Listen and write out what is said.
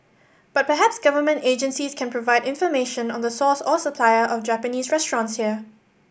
but perhaps Government agencies can provide information on the source or supplier of Japanese restaurants here